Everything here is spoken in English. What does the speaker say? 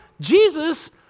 Jesus